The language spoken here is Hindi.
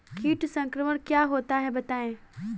कीट संक्रमण क्या होता है बताएँ?